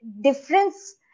difference